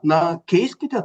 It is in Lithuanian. na keiskite